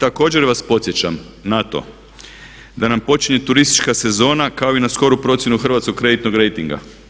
Također vas podsjećam na to da nam počinje turistička sezona kako i na skoro procjenu hrvatskog kreditnog rejtinga.